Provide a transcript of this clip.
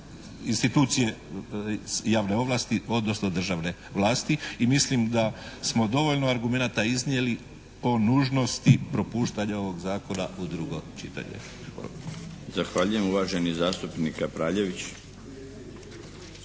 institucije javne ovlasti, odnosno državne vlasti i mislim da smo dovoljno argumenata iznijeli o nužnosti propuštanja ovog zakona u drugo čitanje. Hvala. **Milinović,